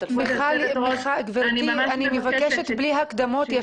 מיכל, אני מבקשת בלי הקדמות.